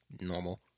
normal